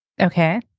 Okay